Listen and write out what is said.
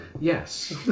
Yes